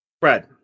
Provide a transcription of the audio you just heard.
Brad